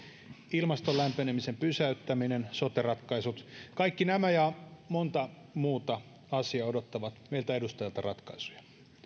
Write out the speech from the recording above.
ilmaston lämpenemisen pysäyttäminen sote ratkaisut kaikki nämä ja monta muuta asiaa odottavat meiltä edustajilta ratkaisuja